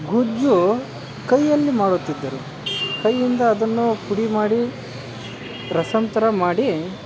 ಗೊಜ್ಜು ಕೈಯಲ್ಲಿ ಮಾಡುತ್ತಿದ್ದರು ಕೈಯಿಂದ ಅದನ್ನು ಪುಡಿ ಮಾಡಿ ರಸಮ್ ತರ ಮಾಡಿ